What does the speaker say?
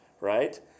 right